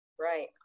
right